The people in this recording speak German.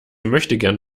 möchtegern